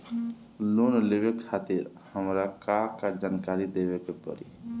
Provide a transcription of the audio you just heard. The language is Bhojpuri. लोन लेवे खातिर हमार का का जानकारी देवे के पड़ी?